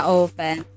open